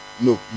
no